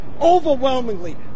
overwhelmingly